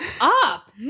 up